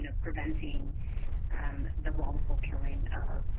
ah preventing um the wrongful killing of